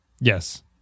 yes